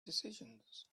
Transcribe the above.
decisions